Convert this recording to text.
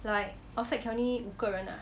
like outside can only 五个人啊